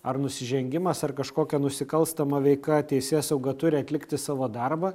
ar nusižengimas ar kažkokia nusikalstama veika teisėsauga turi atlikti savo darbą